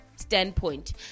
standpoint